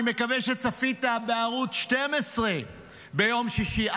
אני מקווה שצפית בערוץ 12 ביום שישי,